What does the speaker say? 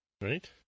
Right